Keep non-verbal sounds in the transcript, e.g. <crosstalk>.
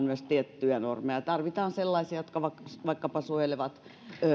<unintelligible> myös tarvitaan tarvitaan sellaisia jotka vaikkapa suojelevat